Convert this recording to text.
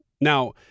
Now